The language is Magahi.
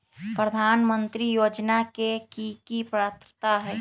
प्रधानमंत्री योजना के की की पात्रता है?